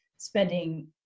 spending